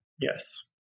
Yes